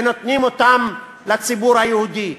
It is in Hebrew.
נותנים אותן לציבור היהודי,